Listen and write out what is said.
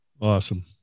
Awesome